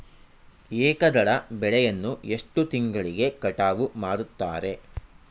ಏಕದಳ ಬೆಳೆಯನ್ನು ಎಷ್ಟು ತಿಂಗಳಿಗೆ ಕಟಾವು ಮಾಡುತ್ತಾರೆ?